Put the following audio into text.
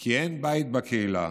כי אין בית בקהילה